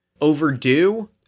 overdue